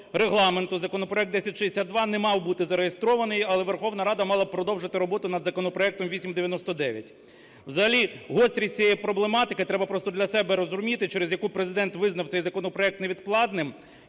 законопроект 1062 не мав бути зареєстрований, але Верховна Рада мала б продовжити роботу над законопроектом 0899. Взагалі гострість цієї проблематики, треба просто для себе розуміти через яку Президент визнав цей законопроект невідкладним,